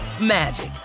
magic